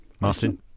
Martin